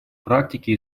практике